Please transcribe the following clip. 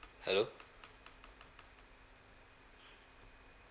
hello